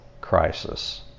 crisis